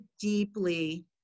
deeply